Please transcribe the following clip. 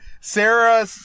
Sarah